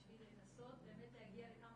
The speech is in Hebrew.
בשביל לנסות באמת להגיע לכמה